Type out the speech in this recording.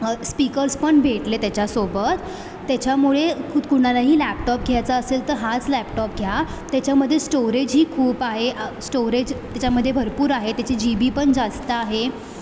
speakers पण भेटले त्याच्यासोबत त्याच्यामुळे खुत् कुणालाही लॅपटॉप घ्यायचा असेल तर हाच लॅपटॉप घ्या त्याच्यामध्ये स्टोरेजही खूप आहे स्टोरेज त्याच्यामध्ये भरपूर आहे त्याची जी बी पण जास्त आहे